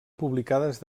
publicades